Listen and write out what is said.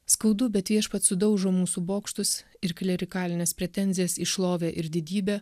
skaudu bet viešpats sudaužo mūsų bokštus ir klerikalines pretenzijas į šlovę ir didybę